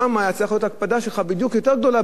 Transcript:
שם בדיוק היתה צריכה להיות ההקפדה שלך יותר גדולה.